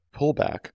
pullback